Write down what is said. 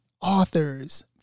authors